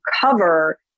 cover